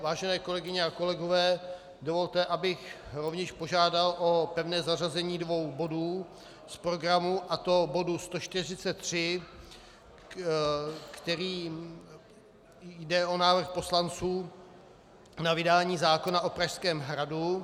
Vážené kolegyně a kolegové, dovolte, abych rovněž požádal o pevné zařazení dvou bodů z programu, a to bodu 143, jde o návrh poslanců na vydání zákona o Pražském hradu.